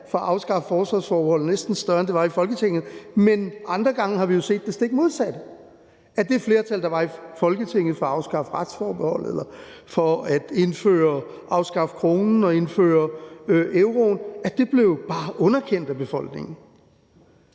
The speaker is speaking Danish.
for at afskaffe forsvarsforbeholdet – det var næsten større, end det var i Folketinget – men andre gange har vi jo set det stik modsatte, nemlig at det flertal, der var i Folketinget, f.eks. for at afskaffe retsforbeholdet eller for at afskaffe kronen og indføre euroen, bare blev underkendt af befolkningen.